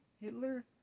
Hitler